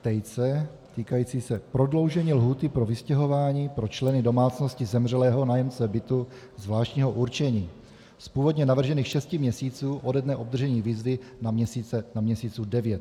Tejce týkající se prodloužení lhůty pro vystěhování pro členy domácnosti zemřelého nájemce bytu zvláštního určení z původně navržených šesti měsíců ode dne obdržení výzvy na měsíců devět.